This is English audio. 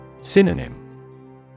Synonym